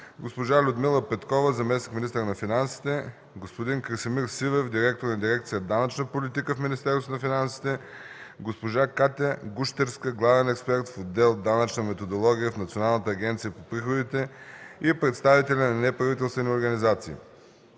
госпожа Людмила Петкова – заместник-министър на финансите, господин Красимир Сивев – директор на дирекция „Данъчна политика” в Министерството на финансите, госпожа Катя Гущерска – главен експерт в отдел „Данъчна методология” в Националната агенция по приходите и представители на неправителствени организации.